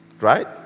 Right